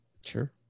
Sure